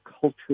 culture